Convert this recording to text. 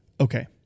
Okay